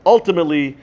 Ultimately